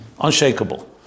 unshakable